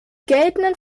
geltenden